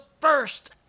first